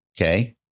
Okay